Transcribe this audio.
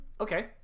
Okay